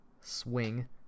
swing